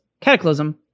Cataclysm